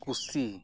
ᱠᱩᱥᱤ